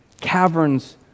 caverns